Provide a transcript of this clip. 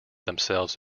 themselves